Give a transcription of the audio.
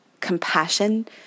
compassion